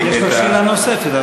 יש לך שאלה נוספת,